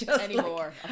anymore